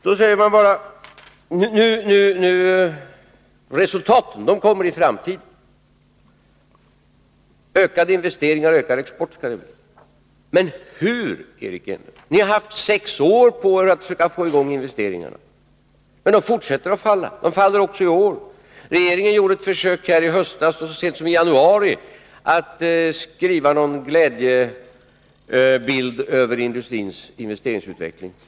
Nu säger man bara: Resultaten kommer i framtiden. Det skall bli ökade investeringar och ökad export. Men hur, Eric Enlund? Ni har haft sex år på er att försöka få i gång investeringarna, men de fortsätter att falla — de faller också i år. Regeringen gjorde ett försök i höstas och så sent som i januari att måla en glädjebild över industrins investeringsutveckling.